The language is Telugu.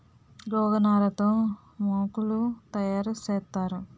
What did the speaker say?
గోగనార తో మోకులు తయారు సేత్తారు